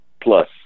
plus